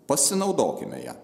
pasinaudokime ja